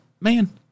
man